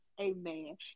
Amen